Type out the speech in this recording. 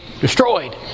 destroyed